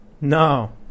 No